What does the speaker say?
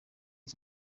iki